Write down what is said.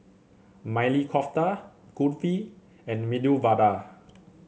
Maili Kofta Kulfi and Medu Vada